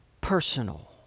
personal